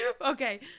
Okay